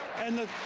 and the.